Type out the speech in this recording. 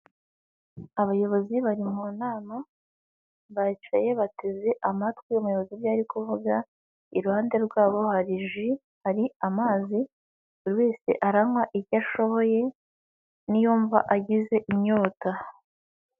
Abayobozi bari mu nama, baricaye bateze amatwi umuyobozi ibyo ari kuvuga, iruhande rwabo harili ji, hari amazi, buri wese aranywa icyo ashoboye, niyumva agize inyota.